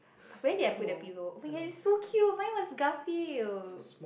where did I put the pillow oh-my-god it's so cute mine was Garfield